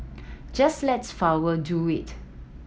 just let flower do it